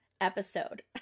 episode